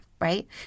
right